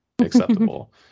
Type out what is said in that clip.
acceptable